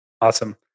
awesome